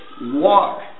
walk